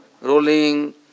rolling